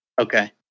Okay